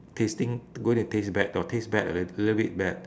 tasting to gonna taste bad got taste bad a lit~ little bit bad